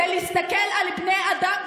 זה להסתכל על בני אדם,